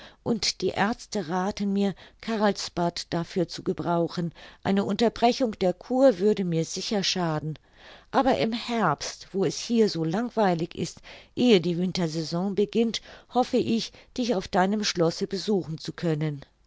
und die aerzte rathen mir carlsbad dafür zu gebrauchen eine unterbrechung der kur würde mir sicher schaden aber im herbst wo es hier so langweilig ist ehe die wintersaison beginnt hoffe ich dich auf deinem schlosse besuchen zu können